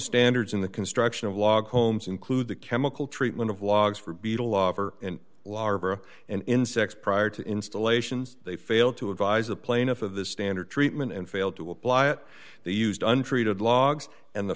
standards in the construction of log homes include the chemical treatment of logs for beetle offer and larva and insects prior to installations they failed to advise the plaintiff of the standard treatment and failed to apply it they used untreated logs and the